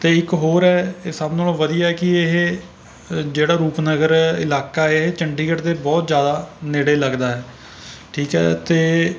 ਅਤੇ ਇੱਕ ਹੋਰ ਹੈ ਇਹ ਸਭ ਨਾਲੋਂ ਵਧੀਆ ਕਿ ਇਹ ਜਿਹੜਾ ਰੂਪਨਗਰ ਇਲਾਕਾ ਏ ਚੰਡੀਗੜ੍ਹ ਦੇ ਬਹੁਤ ਜ਼ਿਆਦਾ ਨੇੜੇ ਲੱਗਦਾ ਹੈ ਠੀਕ ਹੈ ਅਤੇ